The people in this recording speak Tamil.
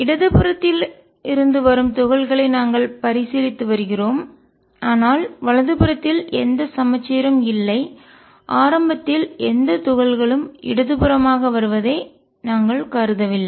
இடதுபுறத்தில் இருந்து வரும் துகள்களை நாங்கள் பரிசீலித்து வருகிறோம் ஆனால் வலது புறத்தில் எந்த சமச்சீரும் இல்லை ஆரம்பத்தில் எந்த துகள் களும் இடதுபுறமாக வருவதை நாங்கள் கருதவில்லை